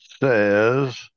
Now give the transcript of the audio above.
says